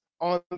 on